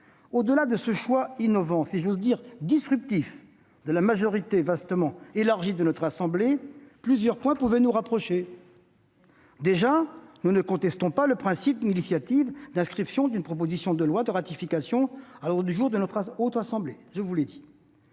Au-delà de ce choix innovant, et même disruptif, si j'ose dire, de la majorité vastement élargie de notre assemblée, plusieurs points pouvaient nous rapprocher. Déjà, nous ne contestons pas le principe ni l'initiative d'inscription d'une proposition de loi de ratification à l'ordre du jour de notre Haute Assemblée. Je vous l'ai dit.